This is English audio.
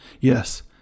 Yes